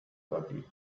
dirty